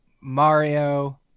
Mario